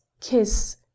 kiss